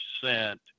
percent